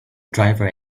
driver